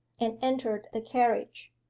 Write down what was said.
and entered the carriage.